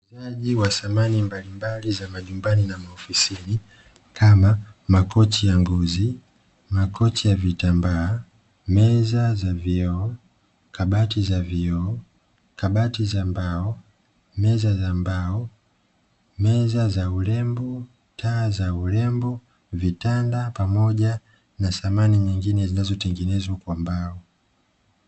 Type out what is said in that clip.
Uuzaji wa samani mbalimbali za majumbani na maofisini kama: makochi ya ngozi, makochi ya vitambaa, meza za vioo, kabati za vioo, kabati za mbao, meza za mbao, meza za urembo, taa za urembo, vitanda pamoja na samani nyingine zinazotengenezwa kwa mbao.